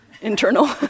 internal